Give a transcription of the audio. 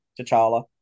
t'challa